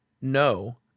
no